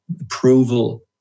approval